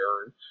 earned